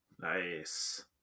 Nice